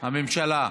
הממשלה.